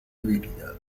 debilidad